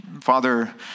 Father